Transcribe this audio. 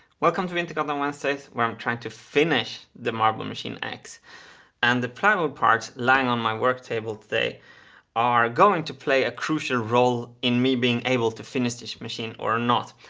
welcome to wintergatan and wednesdays where i'm trying to finish the marble machine x and the plywood parts lying on my work table today are going to play a crucial role in me being able to finish this machine or not.